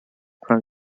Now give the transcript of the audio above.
from